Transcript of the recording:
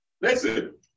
Listen